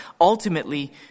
Ultimately